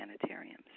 sanitariums